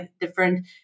different